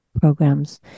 programs